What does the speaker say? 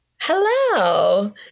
Hello